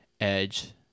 edge